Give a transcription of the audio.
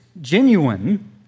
genuine